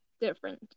different